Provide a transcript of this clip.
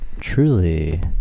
truly